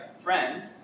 friends